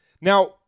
Now